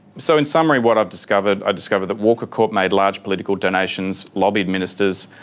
so in summary what i've discovered, i discovered that walker corp made large political donations, lobbied ministers,